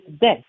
death